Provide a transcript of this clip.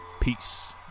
Peace